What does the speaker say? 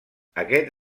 aquest